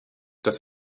dass